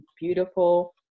beautiful